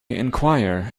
enquire